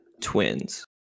twins